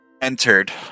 entered